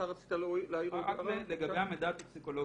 לגבי המידע הטוקסיקולוגי.